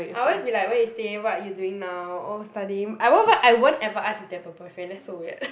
I always be like where you stay what are you doing now oh studying I won't ever I won't ever ask if they have a boyfriend that's so weird